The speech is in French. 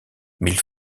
mille